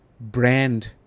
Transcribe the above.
brand